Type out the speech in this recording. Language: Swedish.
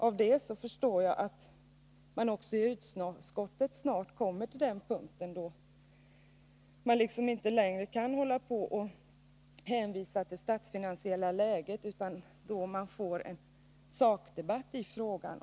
Av det förstår jag att man även i utskottet snart kommer till den punkten då man inte längre kan hålla på och hänvisa till det statsfinansiella läget utan att vi får en sakdebatt i frågan.